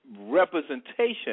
representation